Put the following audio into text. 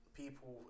people